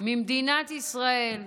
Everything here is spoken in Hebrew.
ממדינת ישראל.